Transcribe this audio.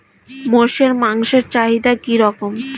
মোষের মাংসের চাহিদা কি রকম?